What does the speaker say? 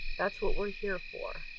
that's what we're here for.